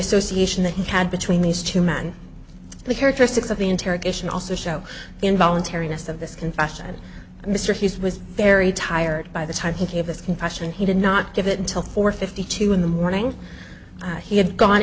association that he had between these two men the characteristics of the interrogation also show involuntary ness of this confession mr hughes was very tired by the time he gave his confession he did not give it until four fifty two in the morning he had gone